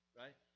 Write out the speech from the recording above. right